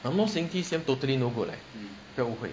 I'm not saying T_C_M totally no good leh 不要误会